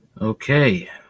Okay